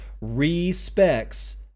respects